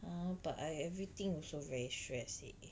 !huh! but I everything also very stress leh